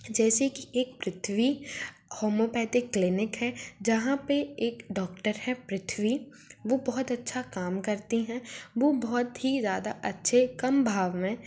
जैसे कि एक पृथ्वी होमोपेथिक क्लीनिक है जहाँ पे एक डॉक्टर है पृथ्वी वो बहुत अच्छा काम करती हैं वो बहुत ही ज़्यादा अच्छे कम भाव में